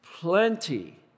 plenty